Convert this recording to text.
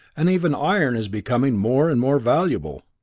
and even iron is becoming more and more valuable.